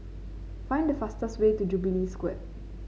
find the fastest way to Jubilee Square